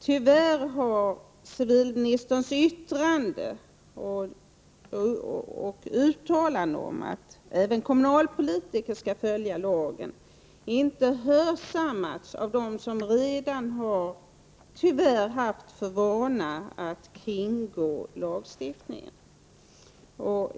Tyvärr har civilministerns uttalande om att även kommunalpolitiker skall följa lagen inte hörsammats av dem som tyvärr redan har haft för vana att kringgå lagarna.